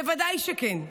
בוודאי שכן.